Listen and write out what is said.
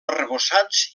arrebossats